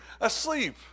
asleep